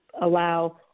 allow